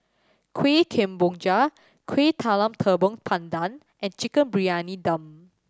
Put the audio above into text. Kueh Kemboja Kueh Talam Tepong Pandan and Chicken Briyani Dum